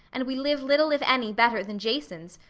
and we live little if any better than jasons,